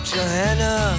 Johanna